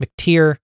McTeer